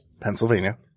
Pennsylvania –